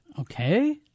Okay